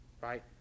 right